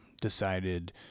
decided